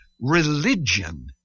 religion